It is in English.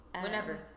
whenever